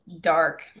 dark